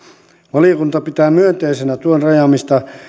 valiokunta pitää myönteisenä tuen rajaamista